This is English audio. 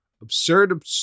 Absurd